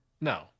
No